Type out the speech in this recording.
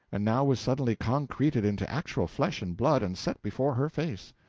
and now was suddenly concreted into actual flesh and blood and set before her face.